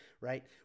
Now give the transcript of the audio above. right